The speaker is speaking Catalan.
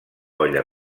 olla